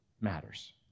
matters